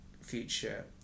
future